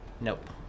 Nope